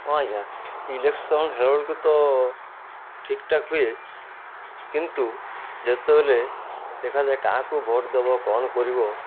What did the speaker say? ହଁ ଆଜ୍ଞା ଇଲେକ୍ସନ୍ ହେଲାବେଳକୁ ତ ଠିକ୍ ଠାକ୍ ହୁଏ କିନ୍ତୁ ଯେତେବେଳେ ଦେଖାଯାଏ କାହାକୁ ଭୋଟ ଦବ କ'ଣ କରିବ